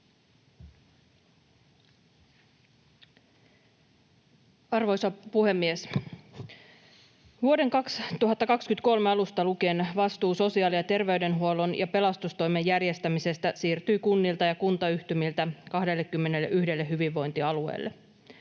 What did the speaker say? Arvoisa puhemies! Vuoden 2023 alusta lukien vastuu sosiaali- ja terveydenhuollon ja pelastustoimen järjestämisestä siirtyi kunnilta ja kuntayhtymiltä 21 hyvinvointialueelle.